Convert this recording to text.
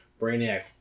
Brainiac